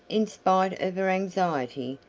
in spite of her anxiety,